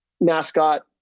Mascot